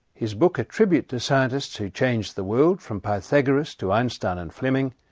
his book a tribute to scientists who change the world, from pythagoras to einstein and fleming,